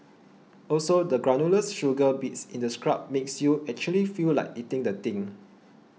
also the granular sugar bits in the scrub makes you actually feel like eating the thing